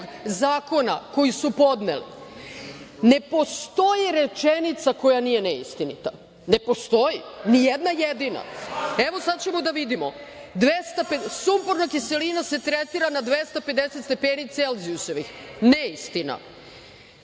zakona koji su podneli ne postoji rečenica koja nije neistinita. Ne postoji, ni jedna jedina. Evo, sad ćemo da vidimo. Sumporna kiselina se tretira na 250 stepeni celzijusovih - neistina,